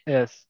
Yes